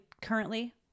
currently